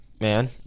man